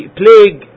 plague